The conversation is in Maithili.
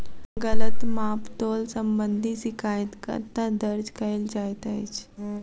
गलत माप तोल संबंधी शिकायत कतह दर्ज कैल जाइत अछि?